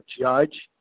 judge